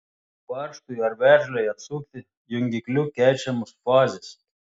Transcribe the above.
varžtui ar veržlei atsukti jungikliu keičiamos fazės